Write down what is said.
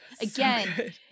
again